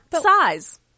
size